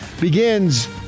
begins